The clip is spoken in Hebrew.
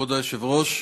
כבוד היושב-ראש,